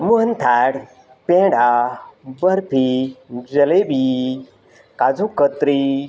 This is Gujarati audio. મોહનથાળ પેંડા બરફી જલેબી કાજુકતરી